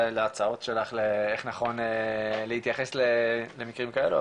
להצעות שלך איך נכון להתייחס למקרים כאלו,